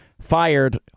fired